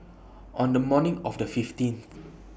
on The morning of The fifteenth